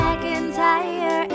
McIntyre